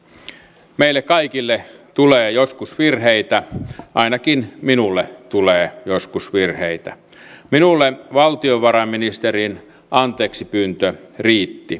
jo kauan on ollut tiedossa että kansainvaellus varsinkin lähi idästä ja pohjois afrikasta on meneillään